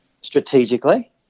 strategically